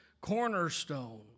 cornerstone